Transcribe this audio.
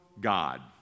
God